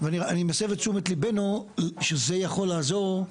אני מסב את תשומת ליבנו לכך שזה יכול לעזור.